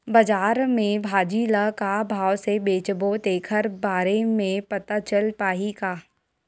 बजार में भाजी ल का भाव से बेचबो तेखर बारे में पता चल पाही का?